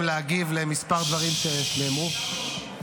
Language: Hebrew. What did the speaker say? אני מסתפק במשרד התרבות והספורט בשלב הזה.